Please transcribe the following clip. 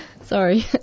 Sorry